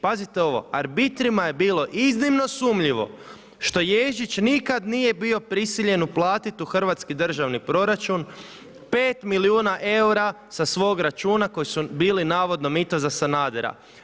Pazite ovo, arbitrima je bilo iznimno sumnjivo što Ježić nikad nije bio prisiljen uplatiti u hrvatski državni proračun 5 milijuna eura sa svog računa koji su bili navodno za Sanadera.